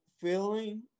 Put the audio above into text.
feeling